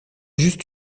juste